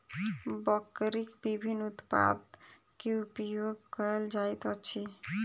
बकरीक विभिन्न उत्पाद के उपयोग कयल जाइत अछि